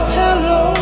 hello